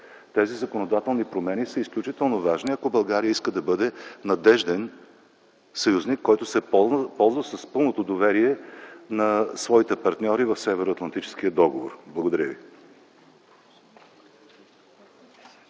Тези законодателни промени са изключително важни, ако България иска да бъде надежден съюзник, който се ползва с пълното доверие на своите партньори в Северноатлантическия договор. Благодаря ви.